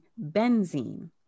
benzene